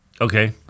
Okay